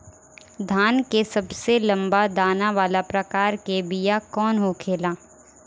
धान के सबसे लंबा दाना वाला प्रकार के बीया कौन होखेला?